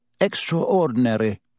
extraordinary